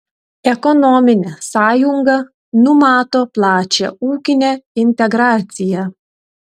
ekonominė sąjunga numato plačią ūkinę integraciją